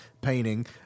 painting